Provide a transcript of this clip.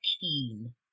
keen